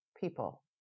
people